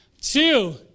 two